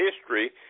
history